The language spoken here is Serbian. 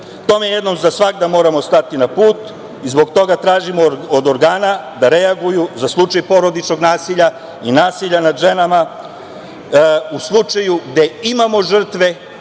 Tome jednom za svagda moramo stati na put i zbog toga tražimo od organa da reaguju za slučaj porodičnog nasilja i nasilja nad ženama u slučaju gde imamo žrtve,